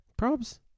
Probs